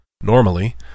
Normally